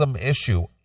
issue